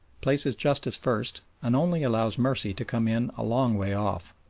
places justice first and only allows mercy to come in a long way off.